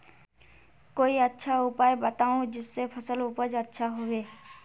कोई अच्छा उपाय बताऊं जिससे फसल उपज अच्छा होबे